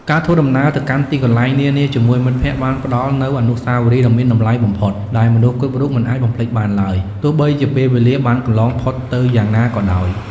ការធ្វើដំណើរទៅកាន់ទីកន្លែងនានាជាមួយមិត្តភក្តិបានផ្តល់នូវអនុស្សាវរីយ៍ដ៏មានតម្លៃបំផុតដែលមនុស្សគ្រប់រូបមិនអាចបំភ្លេចបានឡើយ ទោះបីជាពេលវេលាបានកន្លងផុតទៅយ៉ាងណាក៏ដោយ។